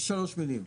שלוש מילים,